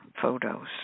photos